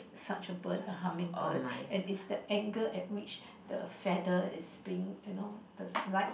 such a bird a hummingbird and is the angle at which the feather is being you know the light